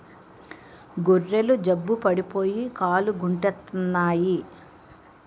గొర్రెలు జబ్బు పడిపోయి కాలుగుంటెత్తన్నాయి